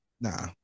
Nah